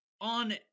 on